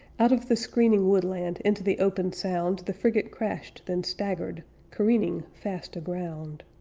out of the screening woodland into the open sound the frigate crashed, then staggered careening, fast aground.